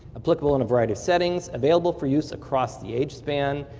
applicable in a variety of settings. available for use across the age span,